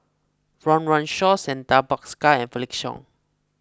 Run Run Shaw Santha Bhaskar and Felix Cheong